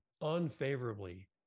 unfavorably